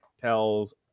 tells